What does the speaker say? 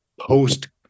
post